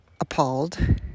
appalled